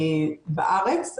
בארץ,